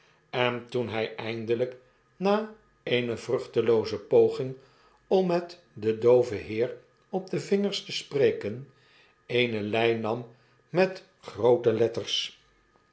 en toen hy eindelijk na eene vruchtelooze poging om met deri dooven heer op de vingers te spreken eene lei nam met groote letters